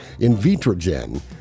Invitrogen